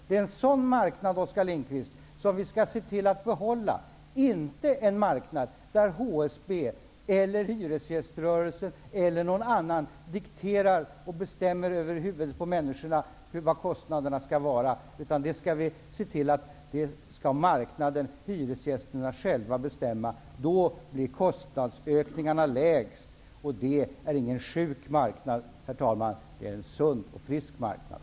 Det är en sådan marknad, Oskar Lindkvist, som vi skall se till att behålla, inte en marknad där hyresgäströrelsen, HSB eller någon annan, dikterar över huvudet på människorna hur hyrorna skall vara. Vi skall se till att marknaden-hyresgästerna själva skall bestämma det. Då blir kostnadsökningarna lägst. Det är ingen sjuk marknad, ut en en sund och frisk marknad.